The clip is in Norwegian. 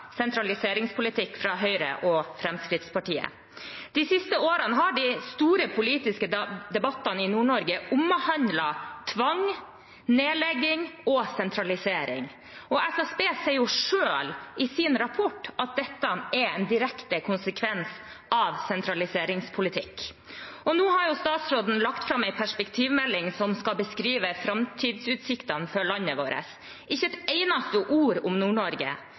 sentraliseringspolitikk fra Høyre og Fremskrittspartiet. De siste årene har de store politiske debattene i Nord-Norge omhandlet tvang, nedlegging og sentralisering. SSB sier selv i sin rapport at dette er en direkte konsekvens av sentraliseringspolitikk. Nå har jo statsråden lagt fram en perspektivmelding som skal beskrive framtidsutsiktene for landet vårt – ikke ett eneste ord om